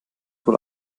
wohl